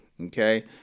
Okay